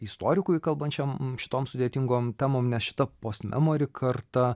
istorikui kalbančiam šitom sudėtingom temom nes šita postmemori karta